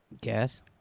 Guess